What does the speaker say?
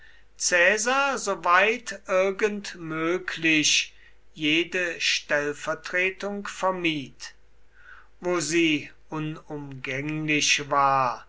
caesar soweit irgend möglich jede stellvertretung vermied wo sie unumgänglich war